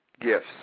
gifts